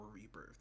Rebirth